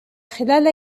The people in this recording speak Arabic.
خلال